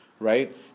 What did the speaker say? right